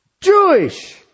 Jewish